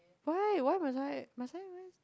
why why must I must I